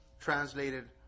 Translated